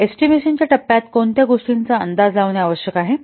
तर एस्टिमेशनच्या टप्प्यात कोणत्या गोष्टीचा अंदाज लावणे आवश्यक आहे